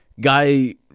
Guy